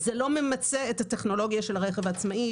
זה לא ממצה את הטכנולוגיה של הרכב העצמאי,